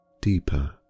deeper